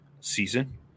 season